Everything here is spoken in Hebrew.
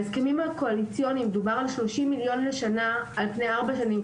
בהסכמים הקואליציוניים דובר על 30 מיליון לשנה על פני 4 שנים,